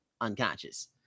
unconscious